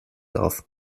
darf